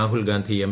Rahul Gandhi M